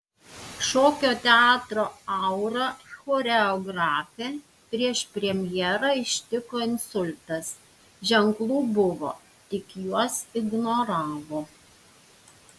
šokio teatro aura choreografę prieš premjerą ištiko insultas ženklų buvo tik juos ignoravo